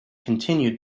continued